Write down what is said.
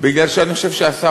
בגלל שאני חושב שהשר,